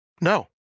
No